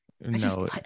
No